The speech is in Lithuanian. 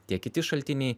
tiek kiti šaltiniai